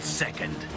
second